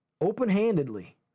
open-handedly